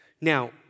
Now